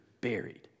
buried